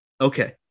Okay